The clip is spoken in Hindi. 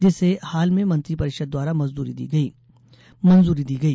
जिसे हाल में मंत्री परिषद द्वारा मंजूरी दी गई